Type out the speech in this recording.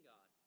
God